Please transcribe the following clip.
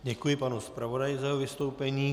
Děkuji panu zpravodaji za jeho vystoupení.